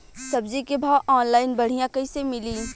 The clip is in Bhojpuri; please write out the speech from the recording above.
सब्जी के भाव ऑनलाइन बढ़ियां कइसे मिली?